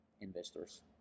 investors